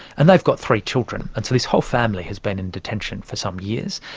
and they've got three children, and so this whole family has been in detention for some years.